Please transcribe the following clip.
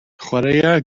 chwaraea